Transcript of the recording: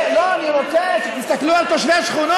תדחה,